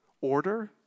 order